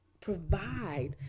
provide